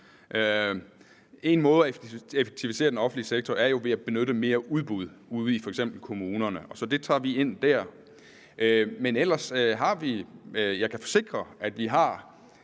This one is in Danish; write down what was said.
En måde at effektivisere den offentlige sektor på er jo ved at benytte mere udbud f.eks. ude i kommunerne, så det tager vi ind dér. Men jeg kan forsikre, at vi har